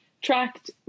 tracked